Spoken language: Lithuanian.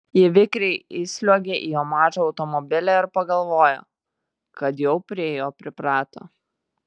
ji vikriai įsliuogė į jo mažą automobilį ir pagalvojo kad jau prie jo priprato